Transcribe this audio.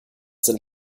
sind